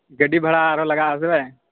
ᱜᱟᱹᱰᱤ ᱵᱷᱟᱲᱟ ᱟᱨᱚ ᱞᱟᱜᱟᱜᱼᱟ